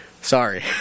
Sorry